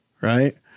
right